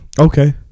okay